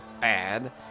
Bad